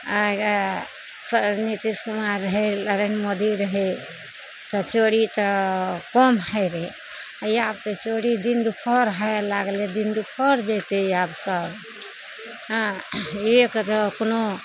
आ नितीश कुमार रहै नरेन्द्र मोदी रहै तऽ चोरी तऽ कम होय रहै आब तऽ चोरी दिन दुपहर हुए लागलै दिन दुपहर जेतै आब सब हँ एक अपनो